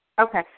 Okay